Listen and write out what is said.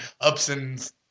Upson's